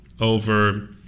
over